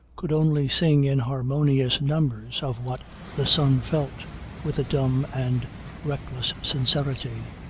could only sing in harmonious numbers of what the son felt with a dumb and reckless sincerity.